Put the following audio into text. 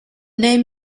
name